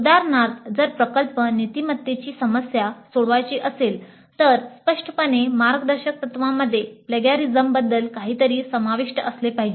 उदाहरणार्थ जर प्रकल्प नीतिमत्तेची समस्या सोडवायची असेल तर स्पष्टपणे मार्गदर्शक तत्त्वांमध्ये प्लेगॅरीजम बद्दल काहीतरी समाविष्ट असले पाहिजे